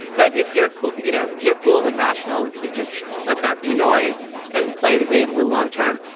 but if you're cool you know if you're cool and rational you just let that be noise and play the game with long term.